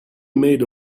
made